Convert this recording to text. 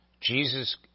Jesus